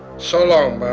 so long, mel.